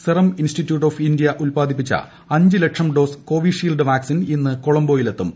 serum Institute of India ഉല്പാദിപ്പിച്ച അഞ്ച് ലക്ഷം ഡോസ് കോവിഷീൽഡ് വാക്സിൻ ഇന്ന് കൊളംബോയിലെത്തും